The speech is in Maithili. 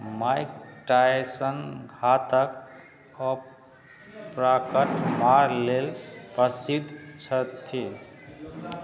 माइक टायसन घातक अपरकट मारै लेल प्रसिद्ध छथि